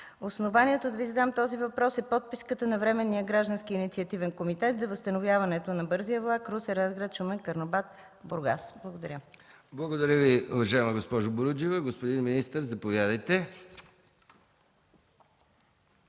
Основанието да Ви задам този въпрос е подписката на Временния граждански инициативен комитет за възстановяването на бързия влак Русе-Разград-Шумен-Карнобат-Бургас. Благодаря. ПРЕДСЕДАТЕЛ МИХАИЛ МИКОВ: Благодаря Ви, уважаема госпожо Буруджиева. Господин министър, заповядайте.